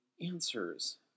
answers